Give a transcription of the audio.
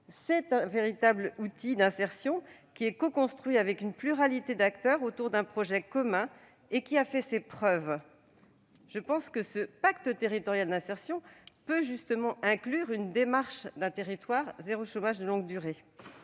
C'est un véritable outil d'insertion coconstruit avec une pluralité d'acteurs autour d'un projet commun qui a fait ses preuves. Selon moi, ce pacte territorial d'insertion peut inclure une démarche « territoires zéro chômeur de longue durée